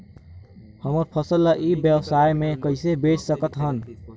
हमर फसल ल ई व्यवसाय मे कइसे बेच सकत हन?